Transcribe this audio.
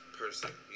person